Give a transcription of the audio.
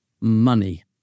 money